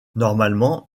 normalement